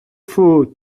faux